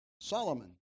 Solomon